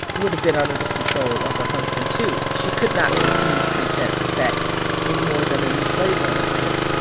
would have been under the control of her husband, too. she could not refuse consent to sex any more than an enslaved woman could.